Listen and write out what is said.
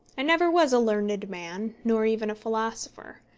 i never was a learned man, nor even a philosopher.